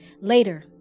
Later